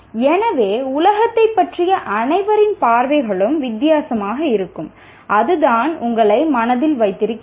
எனவே உலகத்தைப் பற்றிய அனைவரின் பார்வைகளும் வித்தியாசமாக இருக்கும் அதை நாம் மனதில் வைத்திருக்க வேண்டும்